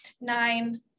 Nine